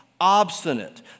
obstinate